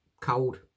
cold